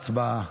הצבעה.